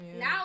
Now